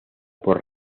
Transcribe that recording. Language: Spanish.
por